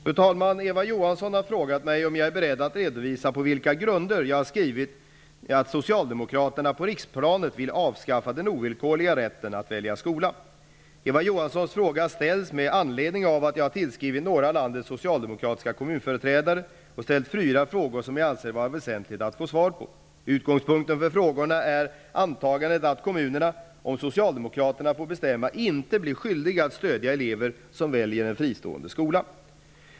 Fru talman! Eva Johansson har frågat mig om jag är beredd att redovisa på vilka grunder som jag har skrivit att Socialdemokraterna på riksplanet vill avskaffa den ovillkorliga rätten att välja skola. Eva Johanssons fråga ställs med anledning av att jag har tillskrivit några av landets socialdemokratiska kommunföreträdare och ställt fyra frågor som jag anser det vara väsentligt att få svar på. Utgångspunkten för frågorna är antagandet att kommunerna -- om Socialdemokraterna får bestämma -- inte blir skyldiga att stöda elever som väljer en fristående skola.